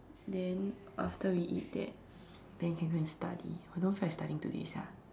then after we eat that then can go and study !wah! don't feel like studying today sia